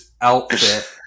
outfit